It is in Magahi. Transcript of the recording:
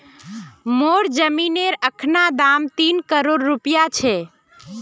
मोर जमीनेर अखना दाम तीन करोड़ रूपया छ